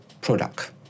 product